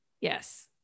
Yes